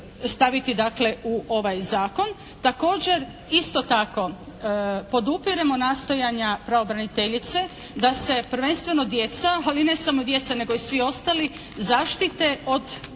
staviti dakle u ovaj zakon. Također, isto tako podupiremo nastojanja pravobraniteljice da se prvenstveno djeca ali ne samo djeca nego i svi ostali zaštite od